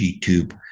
tube